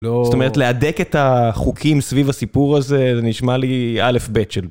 זאת אומרת, להדק את החוקים סביב הסיפור הזה, זה נשמע לי א' ב' של.